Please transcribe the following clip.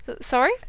Sorry